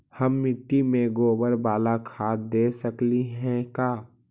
हम मिट्टी में गोबर बाला खाद दे सकली हे का?